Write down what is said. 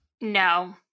No